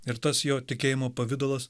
ir tas jo tikėjimo pavidalas